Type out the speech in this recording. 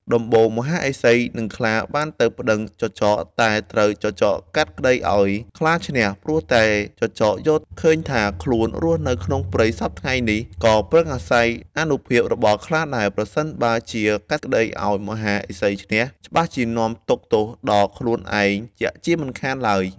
ដំបូង មហាឫសី និងខ្លាបានទៅប្តឹងចចក តែត្រូវចចកកាត់ក្តីឱ្យខ្លាឈ្នះ ព្រោះតែចចកយល់ឃើញថា ខ្លួន រស់នៅក្នុងព្រៃសព្វថ្ងៃនេះ ក៏ពឹងអាស្រ័យអានុភាពរបស់ខ្លាដែរ ប្រសិនជាកាត់ក្តីឱ្យមហាឫសីឈ្នះ ច្បាស់ជានាំទុក្ខទោសដល់ខ្លួនឯងជាក់ជាមិនខានឡើយ។